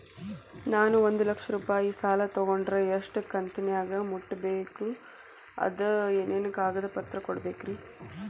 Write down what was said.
ನಾನು ಒಂದು ಲಕ್ಷ ರೂಪಾಯಿ ಸಾಲಾ ತೊಗಂಡರ ಎಷ್ಟ ಕಂತಿನ್ಯಾಗ ಮುಟ್ಟಸ್ಬೇಕ್, ಅದಕ್ ಏನೇನ್ ಕಾಗದ ಪತ್ರ ಕೊಡಬೇಕ್ರಿ?